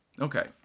Okay